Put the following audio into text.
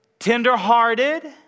Tenderhearted